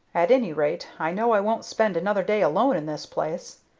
at any rate, i know i won't spend another day alone in this place.